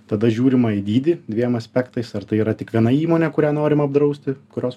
tada žiūrima į dydį dviem aspektais ar tai yra tik viena įmonė kurią norima apdrausti kurios